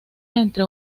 entre